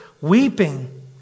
weeping